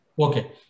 Okay